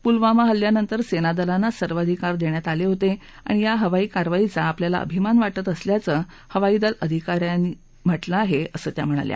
पुलवामा हल्ल्यानंतर सक्तिदलांना सर्वाधिकार दक्षात आलाज्ञितआणि या हवाई कारवाईचा आपल्याला अभिमान वाटत असल्याचं हवाई दल अधिका यांना ही सांगितलं आहअिसं त्या म्हणाल्या